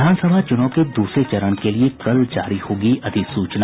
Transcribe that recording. विधानसभा चुनाव के दूसरे चरण के लिये कल जारी होगी अधिसूचना